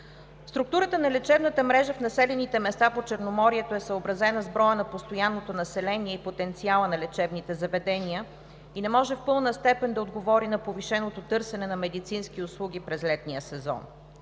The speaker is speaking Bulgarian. Структурата на лечебната мрежа в населените места по Черноморието е съобразена с броя на постоянното население и потенциала на лечебните заведения и не може в пълна степен да отговори на повишеното търсене на медицински услуги през летния сезон.